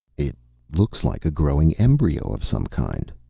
it looks like a growing embryo of some kind,